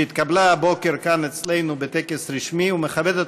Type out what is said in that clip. שהתקבלה הבוקר כאן אצלנו בטקס רשמי ומכבדת